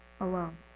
alone